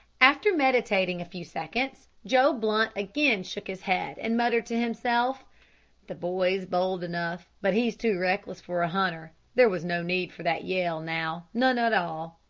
after meditating a few seconds, joe blunt again shook his head, and muttered to himself the boy's bold enough, but he's too reckless for a hunter. there was no need for that yell, now none at all.